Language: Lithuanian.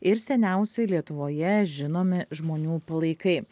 ir seniausi lietuvoje žinomi žmonių palaikai